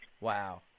Wow